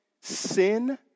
sin